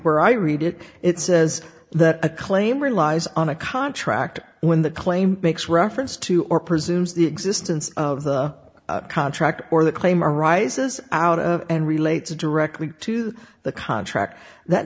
where i read it it says that a claim relies on a contract and when the claim makes reference to or presumes the existence of the contract or the claim arises out of and relates directly to the contract that